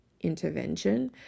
intervention